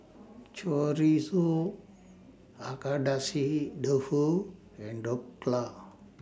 Chorizo Agedashi Dofu and Dhokla